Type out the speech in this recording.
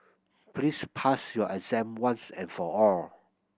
please pass your exam once and for all